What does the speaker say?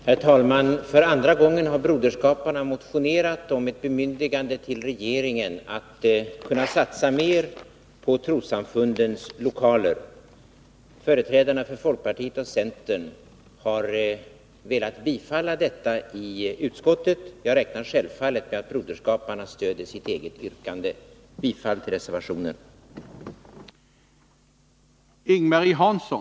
Herr talman! För andra gången har broderskaparna motionerat om ett bemyndigande till regeringen att kunna satsa mer på trossamfundens lokaler. Företrädarna för folkpartiet och centern har i utskottet velat bifalla detta förslag. Jag räknar självfallet med att broderskaparna stöder sitt eget yrkande. Bifall till reservationen.